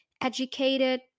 educated